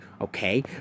Okay